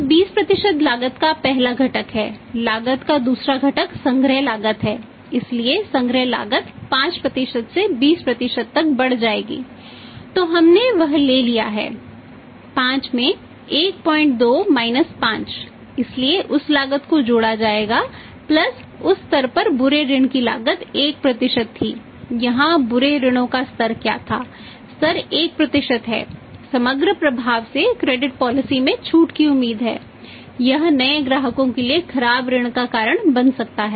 तो 20 लागत का पहला घटक है लागत का दूसरा घटक संग्रह लागत है इसलिए संग्रह लागत 5 से 20 तक बढ़ जाएगी तो हमने वह ले लिया है 5 में 12 माइनस में छूट की उम्मीद है यह नए ग्राहकों के लिए खराब ऋण का कारण बन सकता है